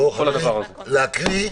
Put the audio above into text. להסכמה עקרונית.